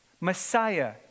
Messiah